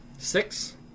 Six